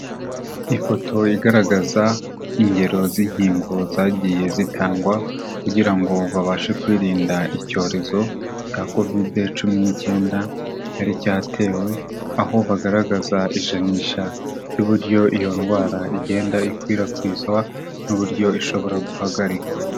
Ifoto igaragaza ingero z'inkingo zagiye zitangwa kugira ngo babashe kwirinda icyorezo cya covide cumi n'icyenda cyari cyatewe, aho bagaragaza ijanisha ry'uburyo iyo ndwara igenda ikwirakwizwa n'uburyo ishobora guhagarikwa.